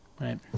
right